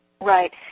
Right